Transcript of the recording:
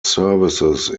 services